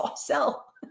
Sell